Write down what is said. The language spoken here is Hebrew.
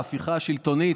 ההפיכה השלטונית.